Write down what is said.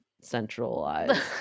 centralized